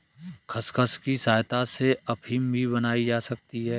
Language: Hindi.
खसखस की सहायता से अफीम भी बनाई जा सकती है